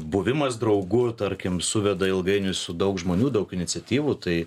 buvimas draugu tarkim suveda ilgainiui su daug žmonių daug iniciatyvų tai